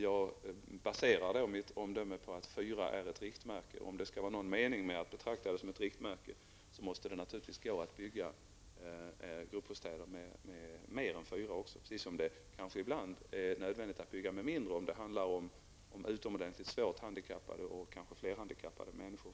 Jag baserar mitt omdöme på att fyra är ett riktmärke, och om det skall vara någon mening med att betrakta det som ett riktmärke, måste det naturligtvis gå att bygga gruppbostäder med mer än fyra platser, precis som det kanske ibland är nödvändigt att bygga med färre platser, om det handlar om utomordentligt svårt handikappade, kanske flerhandikappade människor.